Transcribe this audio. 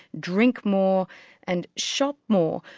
drink more and shop more.